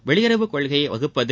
வெளியுறவு கொள்கையை வகுப்பது